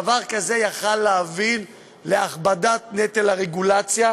דבר כזה יכול להוביל להכבדת נטל הרגולציה,